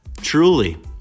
Truly